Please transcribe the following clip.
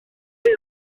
hir